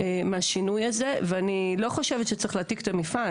מהשינוי הזה ואני לא חושבת שצריך להעתיק את המפעל,